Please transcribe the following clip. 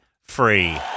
free